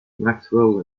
maxwell